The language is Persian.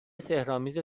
سحرآمیز